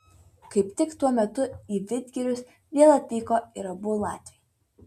kaip tik tuo metu į vidgirius vėl atvyko ir abu latviai